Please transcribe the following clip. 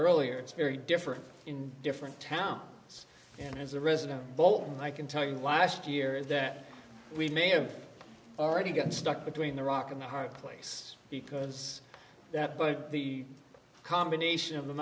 earlier it's very different in different towns and as a resident both i can tell you last year that we may have already got stuck between a rock and a hard place because that but the combination of the